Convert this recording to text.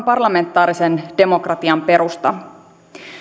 parlamentaarisen demokratian perusta